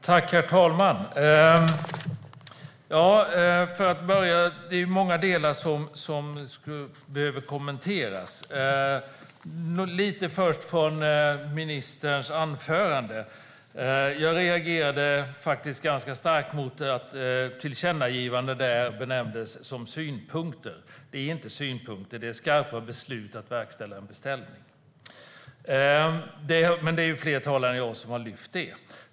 Herr talman! Det är många delar som behöver kommenteras. Jag börjar med ministerns anförande. Jag reagerade ganska starkt mot att tillkännagivanden benämndes som synpunkter. Det är inte synpunkter; det är skarpa beslut om att verkställa en beställning. Men det är ju fler talare än jag som har lyft upp det.